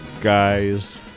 guys